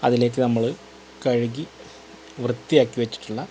അതിലേക്ക് നമ്മൾ കഴുകി വൃത്തിയാക്കി വെച്ചിട്ടുള്ള